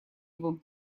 его